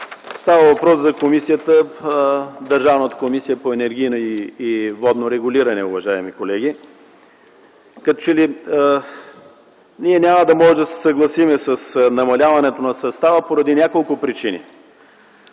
Става въпрос за Държавната комисия за енергийно и водно регулиране. Като че ли ние няма да можем да се съгласим с намаляването на състава поради няколко причини.